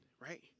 right